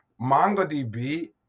MongoDB